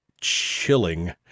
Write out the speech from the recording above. chilling